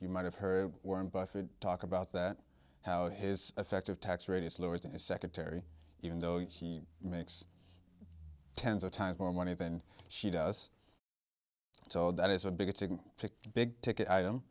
you might have heard warren buffett talk about that how his effective tax rate is lower than his secretary even though he makes tens of times more money than she does so that is a big thing to big ticket item